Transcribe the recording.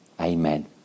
Amen